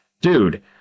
dude